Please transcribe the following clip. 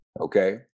Okay